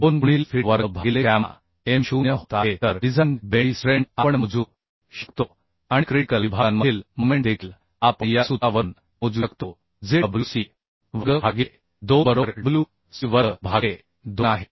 2 गुणिले Fyt वर्ग भागिले गॅमा m0 होत आहे तरडिझाइन बेंडी स्ट्रेंट आपण मोजू शकतो आणि क्रिटिकल विभागांमधील मोमेंट देखील आपण या सूत्रावरून मोजू शकतो जे W c वर्ग भागिले बाय 2 बरोबर wc वर्ग भागिले 2 आहे